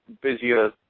busier